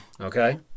Okay